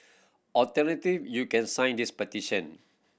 alternative you can sign this petition